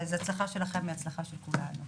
אז הצלחה שלכם היא הצלחה של כולנו.